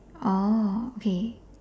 oh okay